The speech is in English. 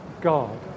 God